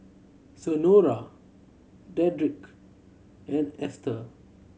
Senora Dedrick and Ester